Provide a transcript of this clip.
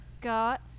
got